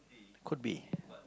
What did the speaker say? could be